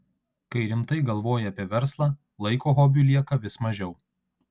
kai rimtai galvoji apie verslą laiko hobiui lieka vis mažiau